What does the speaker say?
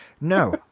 no